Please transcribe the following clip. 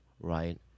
right